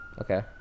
Okay